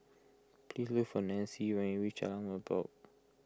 please look for Nanci when you reach Jalan Merbok